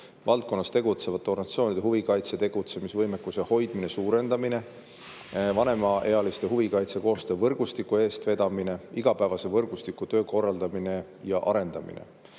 valdkonnas tegutsevate organisatsioonide huvikaitse, tegutsemisvõimekuse hoidmine ja suurendamine, vanemaealiste huvikaitsekoostöö võrgustiku eestvedamine, igapäevase võrgustiku töö korraldamine ja arendamine